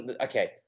Okay